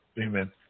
amen